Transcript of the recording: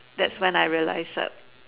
that's when I realised